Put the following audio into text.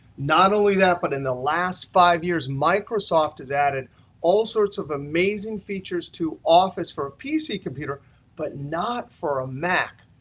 not only that, but in the last five years, microsoft has added all sorts of amazing features to office for a pc computer but not for a mac.